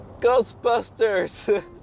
Ghostbusters